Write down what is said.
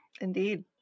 Indeed